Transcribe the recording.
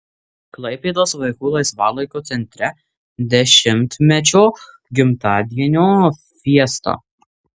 klaipėdos vaikų laisvalaikio centre dešimtmečio gimtadienio fiesta